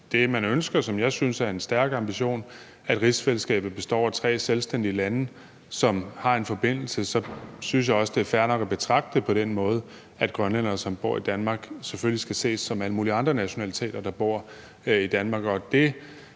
det, man ønsker, og som jeg synes er en stærk ambition, er, at rigsfællesskabet består af tre selvstændige lande, som har en forbindelse, så synes jeg også, det er fair nok at betragte det på den måde, at grønlændere, som bor i Danmark, selvfølgelig skal ses som alle mulige andre nationaliteter, der bor i Danmark.